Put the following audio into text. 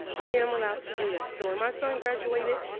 i am allowed to do that. so, when my son graduated,